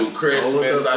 Christmas